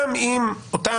גם אם אותה